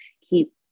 keep